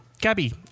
Gabby